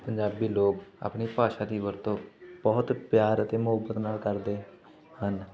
ਪੰਜਾਬੀ ਲੋਕ ਆਪਣੀ ਭਾਸ਼ਾ ਦੀ ਵਰਤੋਂ ਬਹੁਤ ਪਿਆਰ ਅਤੇ ਮੁਹੱਬਤ ਨਾਲ ਕਰਦੇ ਹਨ